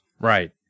Right